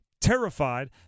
terrified